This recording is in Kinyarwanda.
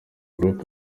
group